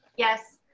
yes.